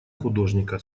художника